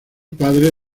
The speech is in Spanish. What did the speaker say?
padre